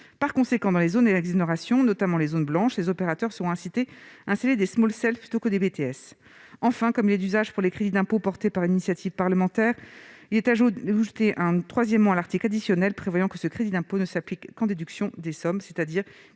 Par conséquent, dans les zones à exonération, notamment les zones blanches, les opérateurs seraient incités à installer des plutôt que des BTS (). Enfin, comme il est d'usage pour les crédits d'impôt d'initiative parlementaire, il convient d'ajouter un paragraphe III à l'article additionnel, prévoyant que ce crédit d'impôt ne s'applique qu'en déduction des sommes, c'est-à-dire